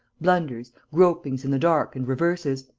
blunders, gropings in the dark and reverses.